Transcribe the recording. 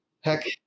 heck